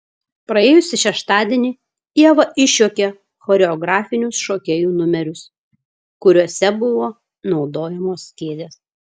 praėjusį šeštadienį ieva išjuokė choreografinius šokėjų numerius kuriuose buvo naudojamos kėdės